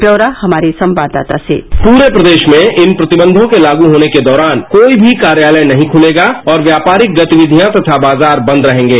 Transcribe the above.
ब्यौरा हमारे संवाददाता से पूरे प्रदेश में इन प्रतिबंधों के लायू होने के दौरान कोई भी कार्यालय नहीं खुलेगा और व्यापारिक गतिविधियां तथा बाजार बंद रहेंगे